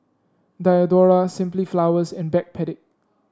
Diadora Simply Flowers and Backpedic